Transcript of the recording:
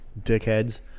dickheads